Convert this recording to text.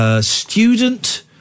student